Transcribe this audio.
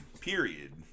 period